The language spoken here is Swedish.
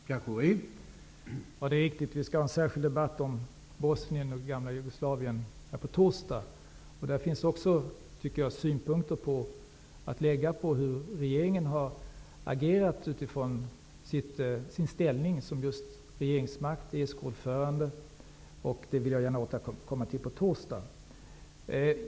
Herr talman! Det är riktigt att vi skall ha en särskild debatt om Bosnien och det gamla Jugoslavien på torsdag. Jag tycker att det finns synpunkter att anföra också på hur regeringen har agerat utifrån sin ställning, både i utövandet av regeringsmakten och med tanke på att Sverige är ESK ordförandeland. Det vill jag gärna återkomma till på torsdag.